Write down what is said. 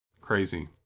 Crazy